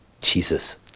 Jesus